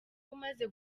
umaze